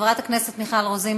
חברת הכנסת מיכל רוזין,